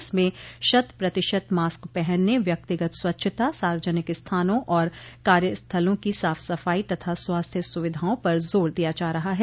इसमें शत प्रतिशत मास्क पहनने व्यक्तिगत स्वच्छता सार्वजनिक स्थानों और कार्य स्थलों की साफ सफाई तथा स्वास्थ्य सुविधाओं पर जोर दिया जा रहा है